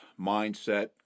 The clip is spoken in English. mindset